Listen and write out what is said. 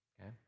okay